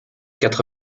quatre